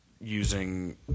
using